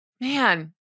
Man